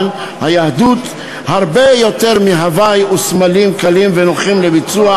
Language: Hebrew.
אבל היהדות היא הרבה יותר מהווי וסמלים קלים ונוחים לביצוע.